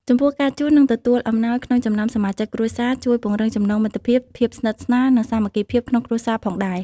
ចំពោះ ការជូន និងទទួលអំណោយក្នុងចំណោមសមាជិកគ្រួសារ ជួយពង្រឹងចំណងមិត្តភាព ភាពស្និទ្ធស្នាល និងសាមគ្គីភាពក្នុងគ្រួសារផងដែរ។